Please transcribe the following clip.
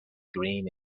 green